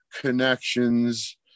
connections